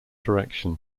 direction